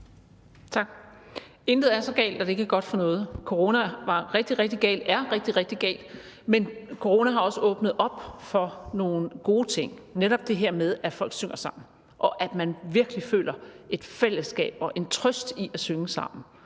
Tak. Intet er så galt, at det ikke er godt for noget. Corona er rigtig, rigtig galt, men corona har også åbnet op for nogle gode ting, netop det her med, at folk synger sammen, og at man virkelig føler et fællesskab og en trøst i at synge sammen.